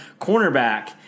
cornerback